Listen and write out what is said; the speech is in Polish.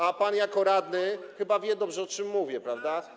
A pan jako radny chyba wie dobrze, o czym mówię, prawda?